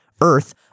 Earth